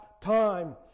time